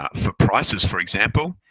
ah for prices for example.